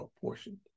portion